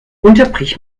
unterbrich